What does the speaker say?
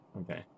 Okay